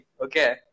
Okay